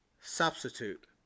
substitute